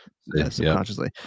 subconsciously